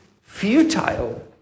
futile